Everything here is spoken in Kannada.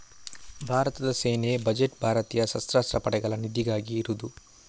ಭಾರತದ ಸೇನಾ ಬಜೆಟ್ ಭಾರತೀಯ ಸಶಸ್ತ್ರ ಪಡೆಗಳ ನಿಧಿಗಾಗಿ ಇರುದು